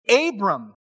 Abram